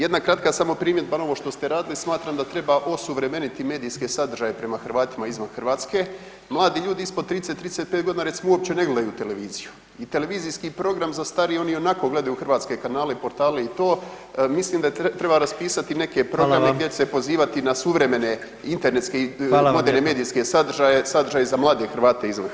Jedna kratka samo primjedba na ovo što ste radili, smatram da treba osuvremeniti medijske sadržaje prema Hrvatima izvan Hrvatske, mladi ljudi ispod 30, 35 g. recimo uopće ne gledaju televiziju i televizijski program za starije oni ionako gledaju hrvatske kanale, portale i to, mislim da treba raspisati neke [[Upadica predsjednik: Hvala vam.]] programe koje će pozivati na suvremene [[Upadica predsjednik: Hvala vam lijepa.]] internetske i moderne medijske sadržaje, sadržaje za mlade Hrvate izvan Hrvatske.